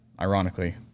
ironically